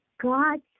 God